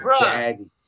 daddy